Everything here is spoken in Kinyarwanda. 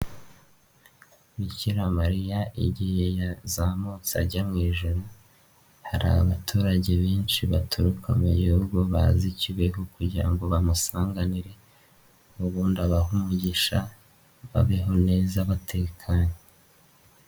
Bikiramariya igihe yazamutse ajya mu ijuru hari abaturage benshi batu mugo bazi i Kibeho kugira ngo bamusanganire ubundi abahe umugisha babeho neza batekanye.